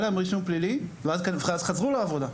היה להם רישום פלילי ואז חזרו לעבודה.